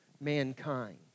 mankind